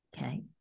okay